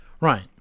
Right